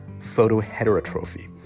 photoheterotrophy